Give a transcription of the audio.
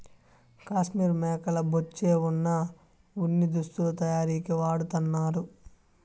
కాశ్మీర్ మేకల బొచ్చే వున ఉన్ని దుస్తులు తయారీకి వాడతన్నారు